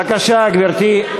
בבקשה, גברתי.